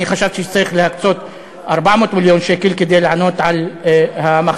אני חשבתי שצריך להקצות 400 מיליון שקל כדי לענות על המחסור,